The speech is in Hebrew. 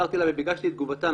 ביקשתי את תגובתה.